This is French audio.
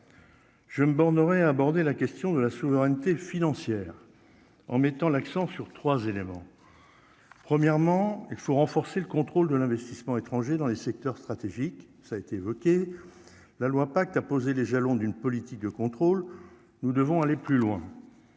je me bornerai à aborder la question de la souveraineté financière en mettant l'accent sur 3 éléments : premièrement, il faut renforcer le contrôle de l'investissement étranger dans les secteurs stratégiques, ça a été évoqué la loi pacte a posé les jalons d'une politique de contrôle, nous devons aller plus loin